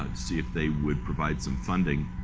ah see if they would provide some funding